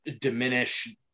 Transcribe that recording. diminish